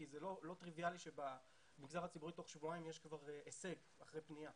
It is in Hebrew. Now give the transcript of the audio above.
כי זה לא טריביאלי שבמגזר הציבורי תוך שבועיים יש כבר הישג אחרי פנייה.